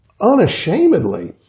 unashamedly